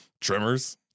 Tremors